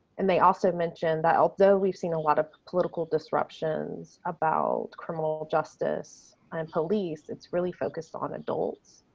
and they also mentioned that although we've seen a lot of political disruptions about criminal justice and police it's really focused on adults'.